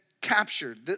captured